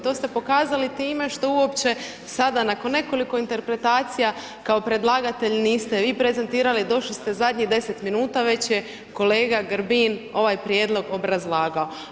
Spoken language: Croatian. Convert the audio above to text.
To ste pokazali time što uopće sada nakon nekoliko interpretacija kao predlagatelj niste i prezentirali, došli ste zadnjih 10 minuta, već je kolega Grbin ovaj prijedlog obrazlagao.